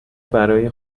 برای